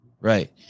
Right